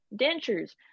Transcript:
dentures